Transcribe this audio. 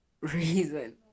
reason